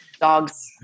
dogs